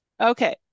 Okay